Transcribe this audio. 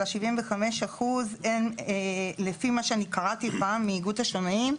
של ה-75% הם לפי מה שאני קראתי פה מאיגוד השמאים,